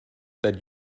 that